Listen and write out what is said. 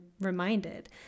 reminded